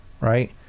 Right